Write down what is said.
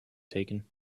taken